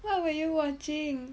what were you watching